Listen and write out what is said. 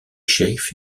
shérif